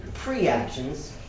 preactions